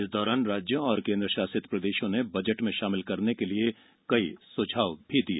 इस दौरान राज्यों और केन्द्र शासित प्रदेशों ने बजट में शामिल करने के लिए कई सुझाव भी दिए